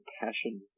passion